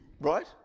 right